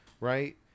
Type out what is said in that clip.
right